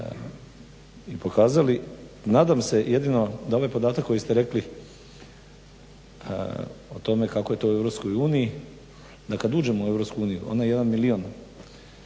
i pokazali. Nadam se jedino da ovaj podatak koji ste rekli o tome kako je to u EU da kad uđemo u EU onaj jedan milijun